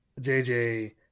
JJ